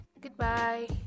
Goodbye